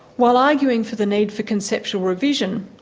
while arguing for the need for conceptual revision,